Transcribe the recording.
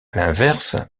l’inverse